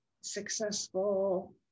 successful